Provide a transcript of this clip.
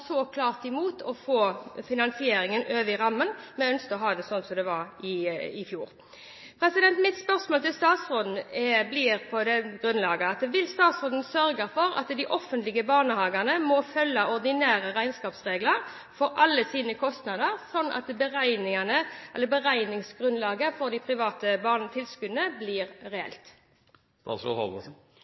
så klart imot å få finansieringen over i ramme – vi ønsket å ha det slik som det var i fjor. Mitt spørsmål til statsråden blir på dette grunnlaget: Vil statsråden sørge for at de offentlige barnehagene må følge ordinære regnskapsregler for alle sine kostnader, slik at beregningsgrunnlaget for tilskuddene til de private barnehagene blir reelt?